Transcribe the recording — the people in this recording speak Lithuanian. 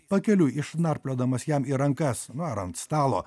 pakeliui išnarpliodamas jam į rankas na ar ant stalo